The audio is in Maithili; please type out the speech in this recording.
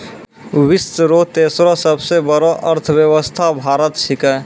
विश्व रो तेसरो सबसे बड़ो अर्थव्यवस्था भारत छिकै